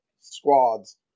squads